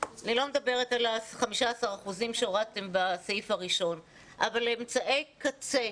אני לא מדברת על ה-15 אחוזים הורדתם בסעיף הראשון אבל אמצעי קצה,